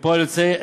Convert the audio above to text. כפועל יוצא,